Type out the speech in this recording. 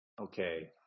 Okay